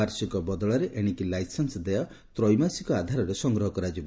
ବାର୍ଷିକ ବଦଳରେ ଏଣିକି ଲାଇସେନ୍ନ ଦେୟ ତ୍ରୈମାସିକ ଆଧାରରେ ସଂଗ୍ରହ କରାଯିବ